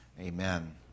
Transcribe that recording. Amen